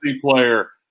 player